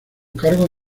cargos